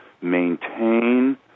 maintain